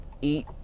eat